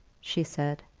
she said,